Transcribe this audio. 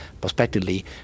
prospectively